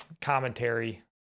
commentary